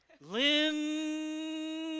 Lynn